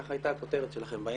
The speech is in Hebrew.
כך הייתה הכותרת שלכם באינטרנט.